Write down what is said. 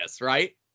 Right